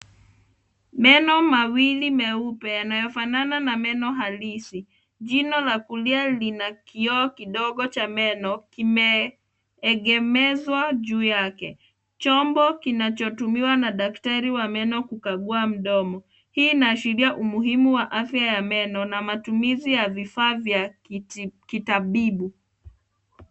Meno mawili meupe yanayofanana na meno halisi. Jino la kulia lina kioo kidogo cha meno, kimeegemezwa juu yake. Chombo kinachotumiwa na daktari wa meno kukagua mdomo. Hii inaashiria umuhimu wa afya ya meno na mtumizi ya vifaa vya kitabibu.